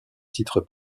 titre